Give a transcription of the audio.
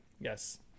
Yes